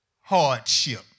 hardship